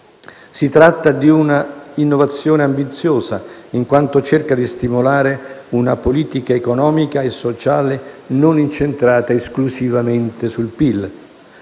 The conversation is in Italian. Si tratta di una innovazione ambiziosa, in quanto cerca di stimolare una politica economica e sociale non incentrata esclusivamente sul PIL.